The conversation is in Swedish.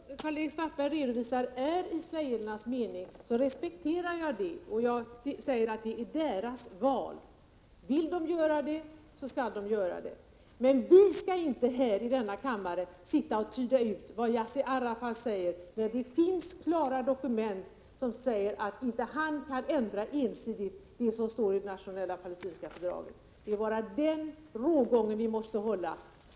Herr talman! Om det som Karl-Erik Svartberg redovisar är israelernas mening, respekterar jag det. Detta är deras val. Vill de göra så, skall de göra det. Men vi skall inte här i denna kammare försöka tyda ut vad Yassir Arafat säger, när det finns dokument där det klart anges att han inte ensam kan ändra det som står i det palestinska nationella fördraget. Den rågången måste vi hålla.